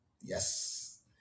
Yes